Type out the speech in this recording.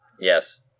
Yes